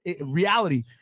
reality